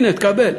הנה, תקבל.